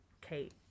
Kate